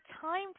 time